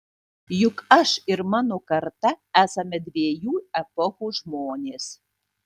juk aš ir mano karta esame dviejų epochų žmonės